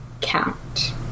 count